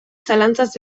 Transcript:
zalantzaz